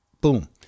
Boom